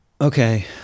Okay